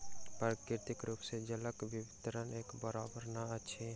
प्राकृतिक रूप सॅ जलक वितरण एक बराबैर नै अछि